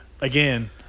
again